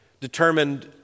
determined